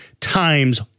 times